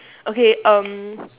okay um